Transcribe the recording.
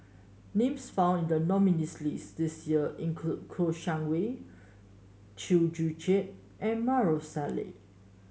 names found in the nominees' list this year include Kouo Shang Wei Chew Joo Chiat and Maarof Salleh